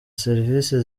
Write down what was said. serivise